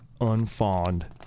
unfond